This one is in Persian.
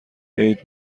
عید